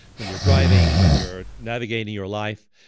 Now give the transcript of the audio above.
when you're driving, when you're navigating your life,